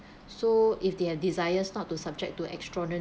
so if they are desires not to subject to